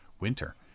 winter